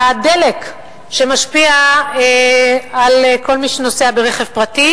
הדלק שמשפיע על כל מי שנוסע ברכב פרטי